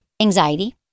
anxiety